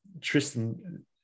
Tristan